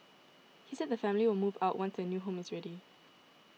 he said the family will move out once their new home is ready